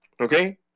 Okay